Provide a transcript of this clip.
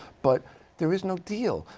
but there is no deal.